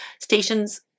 stations